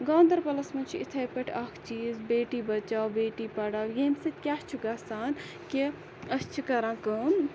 گاندَربَلَس مَنٛز چھُ یِتھے پٲٹھۍ اکھ چیٖز بیٹی بَچاو بیٹی پَڈھاو ییٚمہِ سۭتۍ کیاہ چھُ گَژھان کہِ أسۍ چھِ کَران کٲم